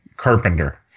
carpenter